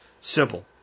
simple